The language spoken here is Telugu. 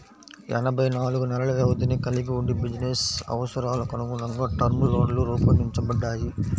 ఎనభై నాలుగు నెలల వ్యవధిని కలిగి వుండి బిజినెస్ అవసరాలకనుగుణంగా టర్మ్ లోన్లు రూపొందించబడ్డాయి